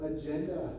agenda